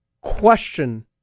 question